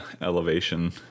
elevation